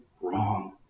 wrong